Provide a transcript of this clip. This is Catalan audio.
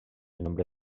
nombre